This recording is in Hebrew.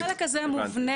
החלק הזה מובנה,